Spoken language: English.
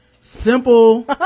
Simple